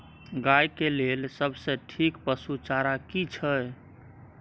गाय के लेल सबसे ठीक पसु चारा की छै?